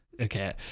okay